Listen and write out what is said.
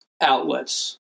outlets